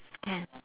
can